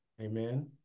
Amen